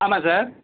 ஆமாம் சார்